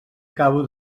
acabo